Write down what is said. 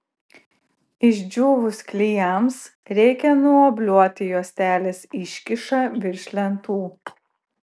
išdžiūvus klijams reikia nuobliuoti juostelės iškyšą virš lentų